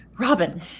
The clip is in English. Robin